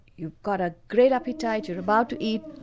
you've got a great appetite, you're about to eat,